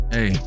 Hey